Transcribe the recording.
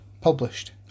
published